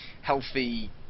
healthy